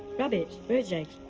rabbits, bird's eggs,